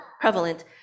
prevalent